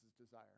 desire